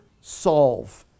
solve